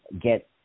get